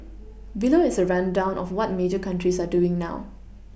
below is a rundown of what major countries are doing now